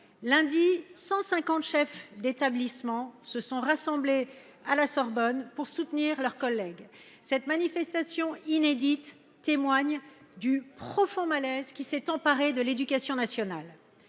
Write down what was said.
Lundi, 150 chefs d’établissement se sont rassemblés à la Sorbonne pour soutenir leur collègue. Cette manifestation inédite témoigne du profond malaise qui s’est emparé de l’éducation nationale.